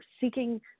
seeking